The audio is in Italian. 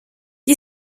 gli